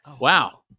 Wow